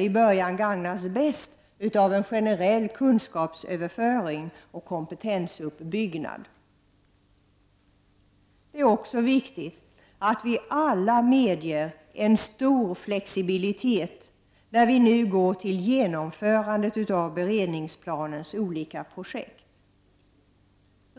i början gagnas bäst genom en generell kunskapsöverföring och kompetensuppbyggnad. Det är också viktigt att vi alla är beredda att medge en stor flexibilitet när vi nu går till genomförandet av beredningsplanens olika projekt.